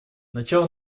начало